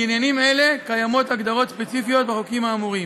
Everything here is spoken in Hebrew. לעניינים אלה קיימות הגדרות ספציפיות בחוקים האמורים.